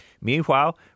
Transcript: Meanwhile